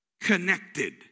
connected